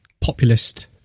Populist